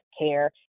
care